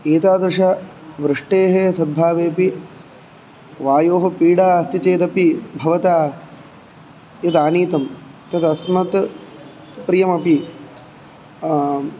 एतादृशवृष्टेः सम्भावेऽपि वायोः पीडा अस्ति चेदपि भवता यद् आनीतं तदस्मत् प्रियमपि आम्